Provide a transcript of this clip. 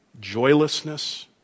joylessness